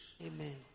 Amen